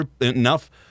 enough